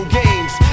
games